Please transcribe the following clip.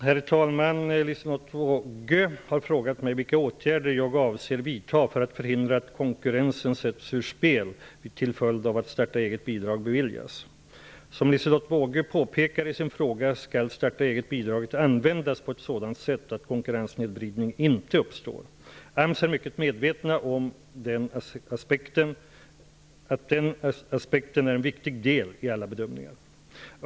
Herr talman! Liselotte Wågö har frågat mig vilka åtgärder jag avser att vidta för att förhindra att konkurrensen sätts ur spel till följd av att startaeget-bidrag beviljas. Som Liselotte Wågö påpekar i sin fråga skall startaeget-bidraget användas på ett sådant sätt att konkurrenssnedvridning inte uppstår. AMS är mycket medvetet om att den aspekten är en viktig del i alla bedömningar.